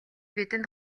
бидэнд